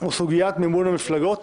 הוא סוגיית מימון המפלגות